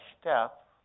step